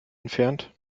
entfernt